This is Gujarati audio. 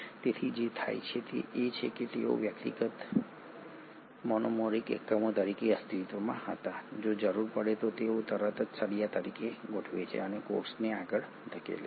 તેથી જે થાય છે તે એ છે કે તેઓ વ્યક્તિગત મોનોમેરિક એકમો તરીકે અસ્તિત્વમાં હતા જો જરૂર પડે તો તેઓ તરત જ સળિયા તરીકે ગોઠવે છે અને કોષને આગળ ધકેલે છે